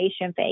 phase